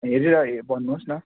हेरेर हे भन्नुहोस् न